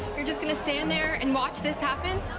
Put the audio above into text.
you're just gonna stand there and watch this happen?